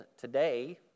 today